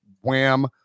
wham